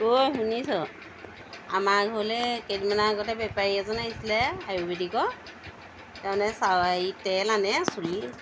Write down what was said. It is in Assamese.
অ'ই শুনিছ আমাৰ ঘৰলৈ কেইদিনমানৰ আগতে বেপাৰী এজন আহিছিলে আয়ুৰ্বেদিকৰ তাৰমানে হেৰি তেল আনে চুলি